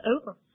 over